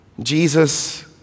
Jesus